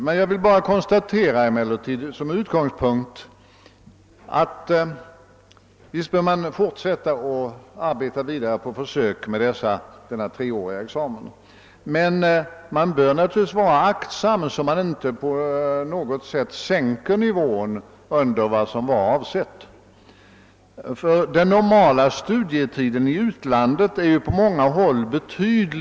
Som utgångspunkt konstaterar jag emellertid att visst skall vi fortsätta med och arbeta vidare på försöken med denna treåriga examen, men vi bör också vara mycket aktsamma, så att vi inte sänker nivån under vad som var avsett. Den normala studietiden i utlandet är som bekant betydligt längre på många håll.